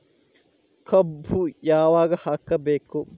ಕಬ್ಬು ಯಾವಾಗ ಹಾಕಬೇಕು?